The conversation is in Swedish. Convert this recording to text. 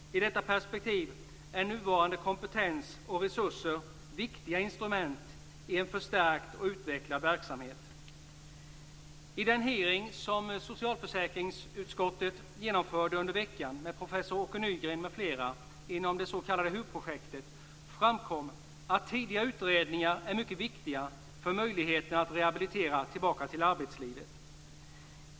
I detta perspektiv är nuvarande kompetens och resurser viktiga instrument i en förstärkt och utvecklad verksamhet. Vid den hearing som socialförsäkringsutskottet genomförde under veckan, med professor Åke Nygren m.fl. inom det s.k. HUR-projektet, framkom att tidiga utredningar är mycket viktiga för möjligheterna att rehabiliteras tillbaka till arbetslivet.